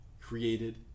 created